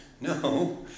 No